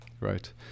Right